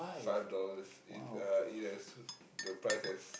five dollars it uh it has the pirce has